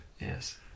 yes